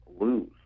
lose